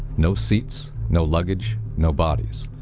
no seats, no luggage, no bodies.